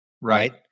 Right